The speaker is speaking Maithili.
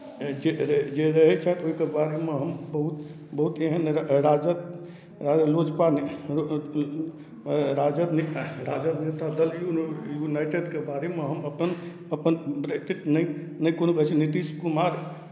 जे र जे रहै छथि ओहिके बारेमे हम बहुत बहुत एहन राजद राजद लोजपा राजद जनता दल यूनाइटेडके बारेमे हम अपन अपन नैतिक नहि कोनो कहै छी नीतीश कुमार